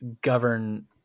govern